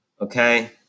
Okay